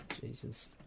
Jesus